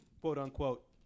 quote-unquote